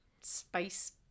space